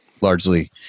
largely